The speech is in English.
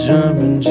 German